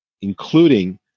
including